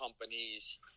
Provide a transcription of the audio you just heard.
companies